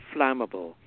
flammable